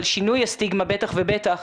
אבל שינוי הסטיגמה בטח ובטח,